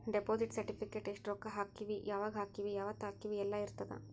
deposit certificate ಎಸ್ಟ ರೊಕ್ಕ ಹಾಕೀವಿ ಯಾವಾಗ ಹಾಕೀವಿ ಯಾವತ್ತ ಹಾಕೀವಿ ಯೆಲ್ಲ ಇರತದ